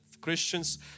Christians